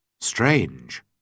Strange